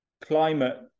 climate